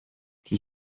czy